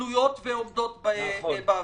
תלויות ועומדות באוויר.